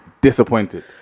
disappointed